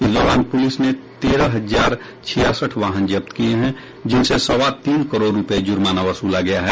इस दौरान पुलिस ने तेरह हजार छियासठ वाहन जब्त किये हैं जिन से सवा तीन करोड़ रूपये जुर्माना वसूला गया है